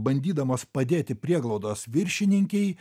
bandydamos padėti prieglaudos viršininkei